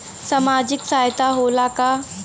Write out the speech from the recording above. सामाजिक सहायता होला का?